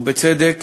ובצדק.